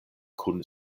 kun